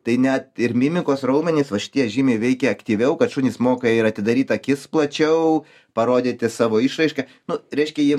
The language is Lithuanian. tai net ir mimikos raumenys va šitie žymiai veikia aktyviau kad šunys moka ir atidaryt akis plačiau parodyti savo išraišką nu reiškia jie